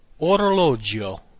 orologio